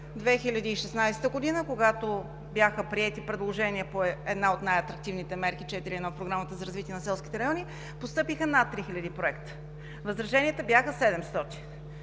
2016 г., когато бяха приети предложения по една от най-атрактивните мерки – 4.1 – от Програмата за развитие на селските райони, постъпиха над 3000 проекта. Възраженията бяха 700.